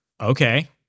Okay